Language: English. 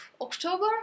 October